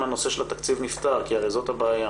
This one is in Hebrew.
נפתר הנושא של התקציב כי הרי זאת הבעיה.